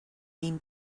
been